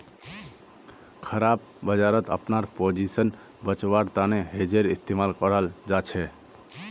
खराब बजारत अपनार पोजीशन बचव्वार तने हेजेर इस्तमाल कराल जाछेक